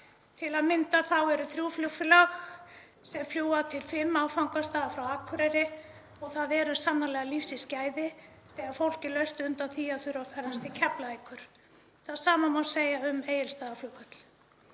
Til að mynda eru þrjú flugfélög sem fljúga til fimm áfangastaða frá Akureyri og það eru sannarlega lífsins gæði þegar fólk er laust undan því að þurfa að ferðast til Keflavíkur. Það sama má segja um Egilsstaðaflugvöll.